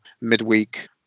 midweek